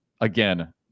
Again